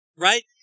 right